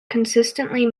consistently